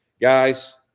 Guys